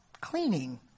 cleaning